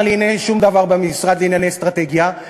לענייני שום דבר במשרד לענייני אסטרטגיה,